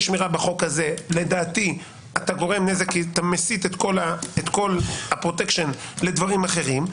שמירה בחוק הזה אתה מסיט את כל הפרוטקשן לדברים אחרים.